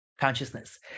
consciousness